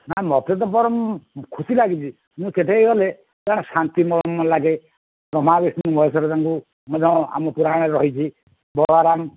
ନା ମୋତେ ତ ବରଂ ଖୁସି ଲାଗିଛି ମୁଁ କେବେ ଗଲେ କଣ ଶାନ୍ତି ଲାଗେ ବ୍ରହ୍ମା ବିଷ୍ଣୁ ମହେଶ୍ୱର ଶମ୍ଭୁ ଆମ ପୁରାଣରେ ରହିଛି ବଳରାମ